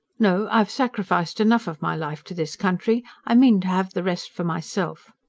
no, i've sacrificed enough of my life to this country. i mean to have the rest for myself.